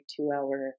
two-hour